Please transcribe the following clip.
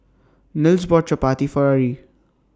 Nils bought Chapati For Ari